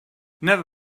never